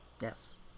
Yes